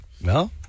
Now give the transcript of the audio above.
no